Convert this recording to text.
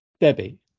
Debbie